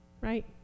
right